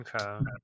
Okay